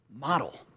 model